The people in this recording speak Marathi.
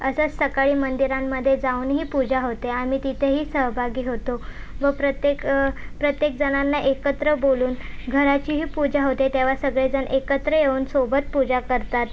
असंच सकाळी मंदिरांमधे जाऊन ही पूजा होते आम्ही तिथेही सहभागी होतो व प्रत्येक प्रत्येक जणांना एकत्र बोलून घराचीही पूजा होते तेव्हा सगळे जण एकत्र येऊन सोबत पूजा करतात